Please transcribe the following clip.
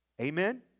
Amen